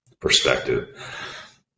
perspective